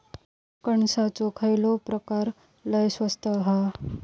कणसाचो खयलो प्रकार लय स्वस्त हा?